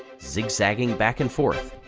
zigzagging back and forth.